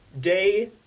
day